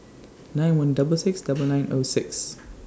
nine one double six double nine O six